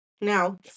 Now